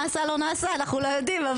נעשה, לא נעשה, אנחנו לא יודעים.